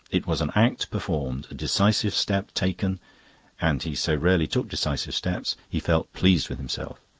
it was an act performed, a decisive step taken and he so rarely took decisive steps he felt pleased with himself.